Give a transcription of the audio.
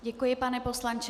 Děkuji, pane poslanče.